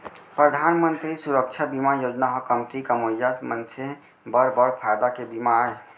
परधान मंतरी सुरक्छा बीमा योजना ह कमती कमवइया मनसे बर बड़ फायदा के बीमा आय